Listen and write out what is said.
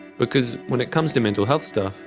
because when it comes to mental health stuff,